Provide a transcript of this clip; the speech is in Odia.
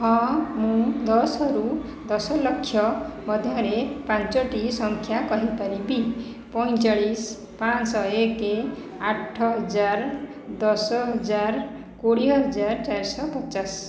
ହଁ ମୁଁ ଦଶ ରୁ ଦଶଲକ୍ଷ ମଧ୍ୟରେ ପାଞ୍ଚୋଟି ସଂଖ୍ୟା କହିପାରିବି ପଞ୍ଚଚାଳିଶ ପାଞ୍ଚ ଶହ ଏକ ଆଠ ହଜାର ଦଶ ହଜାର କୋଡ଼ିଏ ହଜାର ଚାରିଶହ ପଚାଶ